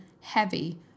heavy